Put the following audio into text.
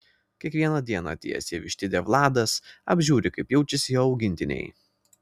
kiekvieną dieną atėjęs į vištidę vladas apžiūri kaip jaučiasi jo augintiniai